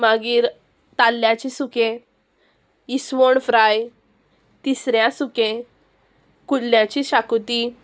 मागीर ताल्ल्यांचें सुकें इसवण फ्राय तिसऱ्यां सुकें कुल्ल्यांची शाकोती